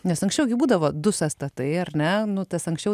nes anksčiau gi būdavo du sąstatai ar ne nu tas anksčiau